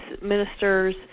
ministers